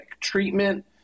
treatment